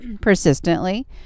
persistently